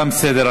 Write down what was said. נתקבלה.